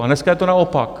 A dneska je to naopak.